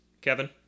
Kevin